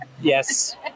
Yes